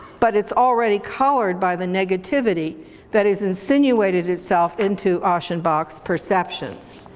but it's already colored by the negativity that has insinuated itself into aschenbach's perceptions.